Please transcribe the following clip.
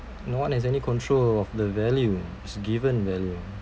no one has any control of the value is given value